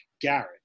Garrett